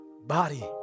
body